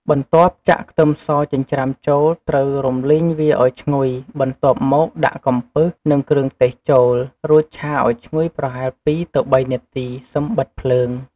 បន្ទាប់ចាក់ខ្ទឹមសចិញ្រ្ចាំចូល ត្រូវរំលីងវាឱ្យឈ្ងុយ បន្ទាប់មកដាក់កំពឹស និងគ្រឿងទេសចូល រួចឆាឱ្យឈ្ងុយប្រហែល 2–3 នាទី សិមបិទភ្លើង។